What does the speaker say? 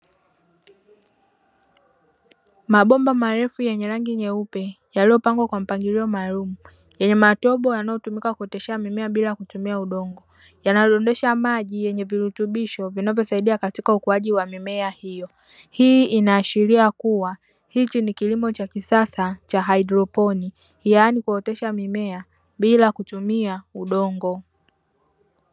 Mabomba marefu yenye rangi nyeupe, yaliyo pangwa kwa mpangilio maalumu. Yenye matobo yanayo tumika kuoteshea mimea bila kutumia udongo, yana dondosha maji yenye virutubisho vinavyo saidia katika ukuwaji wa mimea hiyo. Hii inaashiria kuwa hichi ni kilimo cha kisasa cha haidroponi, yaani kuotesha mimea bila kutumia udongo.